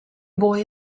boy